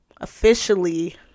officially